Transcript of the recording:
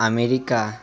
America